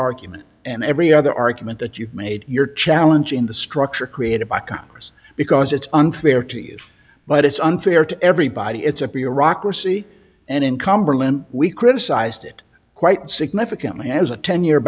argument and every other argument that you've made your challenge in the structure created by congress because it's unfair to you but it's unfair to everybody it's a bureaucracy and in cumberland we criticized it quite significantly as a ten year